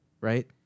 Right